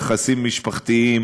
יחסים משפחתיים